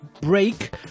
break